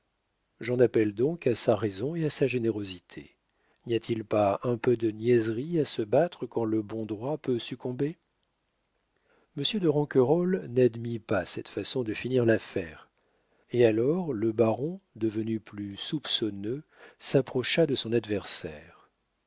j'en appelle donc à sa raison et à sa générosité n'y a-t-il pas un peu de niaiserie à se battre quand le bon droit peut succomber monsieur de ronquerolles n'admit pas cette façon de finir l'affaire et alors le baron devenu plus soupçonneux s'approcha de son adversaire